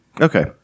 Okay